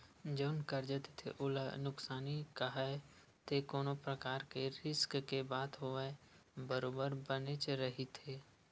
जउन करजा देथे ओला नुकसानी काहय ते कोनो परकार के रिस्क के बात होवय बरोबर बनेच रहिथे